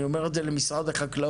אני אומר את זה למשרד החקלאות,